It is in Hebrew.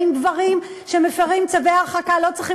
האם גברים שמפרים צווי הרחקה לא צריכים